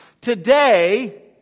Today